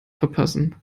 verpassen